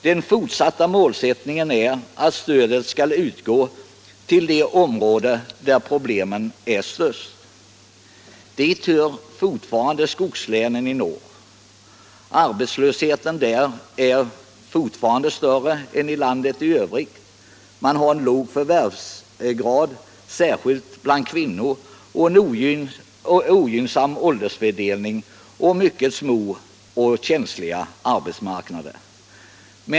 Den fortsatta målsättningen är att stödet skall utgå till de områden där problemen är störst. Dit hör alltjämt skogslänen i norr. Arbetslösheten är där fortfarande större än i landet i övrigt. Man har en låg förvärvsgrad, särskilt bland kvinnor, en ogynnsam åldersfördelning samt mycket små och känsliga arbetsmarknader.